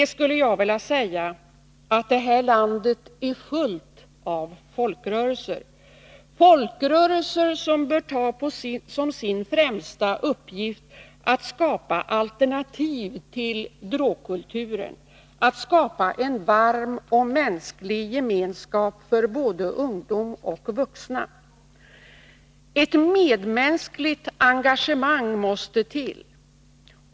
Till det vill jag säga att det här i landet är fullt av folkrörelser, och de borde ta som sin främsta uppgift att skapa alternativ till drogkulturen, att skapa en varm och mänsklig gemenskap för både ungdom och vuxna. Ett medmänskligt engagemang måste till.